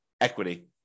equity